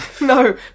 No